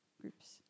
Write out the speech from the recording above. groups